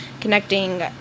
connecting